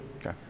Okay